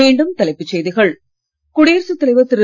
மீண்டும் தலைப்புச் செய்திகள் குடியரசு தலைவர் திரு